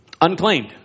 unclaimed